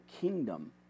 kingdom